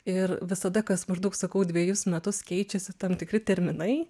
ir visada kas maždaug sakau dvejus metus keičiasi tam tikri terminai